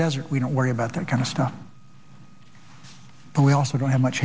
desert we don't worry about that kind of stuff but we also don't have much